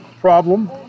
problem